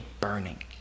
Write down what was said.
burning